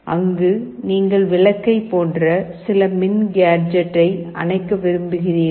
அங்கு நீங்கள் விளக்கை போன்ற சில மின் கேஜெட்டை அணைக்க விரும்புகிறீர்கள்